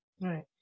Right